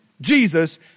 Jesus